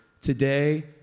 today